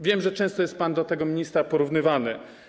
Wiem, że często jest pan do tego ministra porównywany.